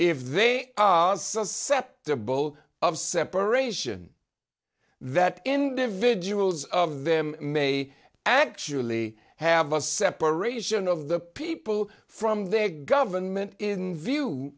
if they are susceptible of separation that individuals of them may actually have a separation of the people from their government in view